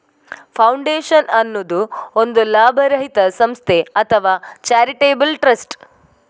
foundation ಅನ್ನುದು ಒಂದು ಲಾಭರಹಿತ ಸಂಸ್ಥೆ ಅಥವಾ ಚಾರಿಟೇಬಲ್ ಟ್ರಸ್ಟ್